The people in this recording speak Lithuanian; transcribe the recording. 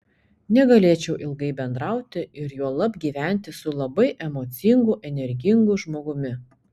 negalėčiau ilgai bendrauti ir juolab gyventi su labai emocingu energingu žmogumi